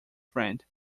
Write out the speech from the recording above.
friend